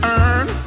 earn